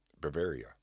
Bavaria